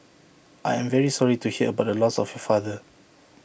I am very sorry to hear about the loss of your father